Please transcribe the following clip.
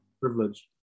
Privilege